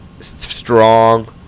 strong